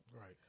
Right